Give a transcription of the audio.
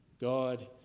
God